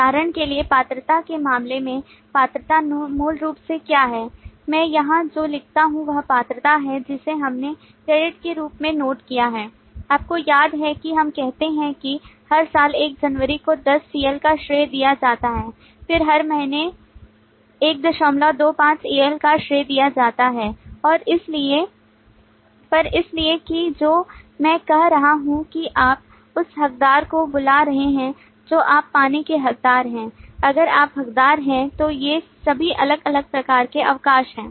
उदाहरण के लिए पात्रता के मामले में पात्रता मूल रूप से क्या है मैं यहां जो लिखता हूं वह पात्रता है जिसे हमने क्रेडिट के रूप में नोट किया है आपको याद है कि हम कहते हैं कि हर साल 1 जनवरी को 10 CLका श्रेय दिया जाता है फिर हर महीने 125 EL का श्रेय दिया जाता है और इसलिए पर इसलिए कि जो मैं कह रहा हूं कि आप उस हकदार को बुला रहे हैं जो आप पाने के हकदार हैं अगर आप हकदार हैं तो ये सभी अलग अलग प्रकार के अवकाश हैं